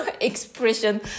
expression